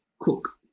cook